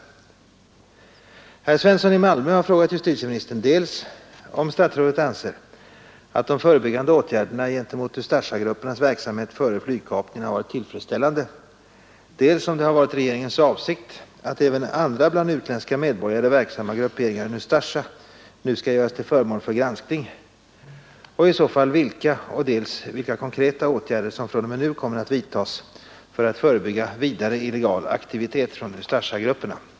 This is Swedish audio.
Herr Svensson i Malmö har frågat justitieministern dels om statsrådet anser att de förebyggande åtgärderna gentemot Ustasjagruppernas verksamhet före flygkapningen har varit tillfredsställande, dels om det har varit regeringens avsikt att även andra bland utländska medborgare verksamma grupperingar än Ustasja nu skall göras till föremål för granskning och i så fall vilka, dels vilka konkreta åtgärder som fr.o.m. nu kommer att vidtas för att förebygga vidare illegal aktivitet från Ustasjagrupperna.